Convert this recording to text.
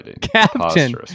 captain